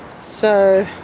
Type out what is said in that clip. so.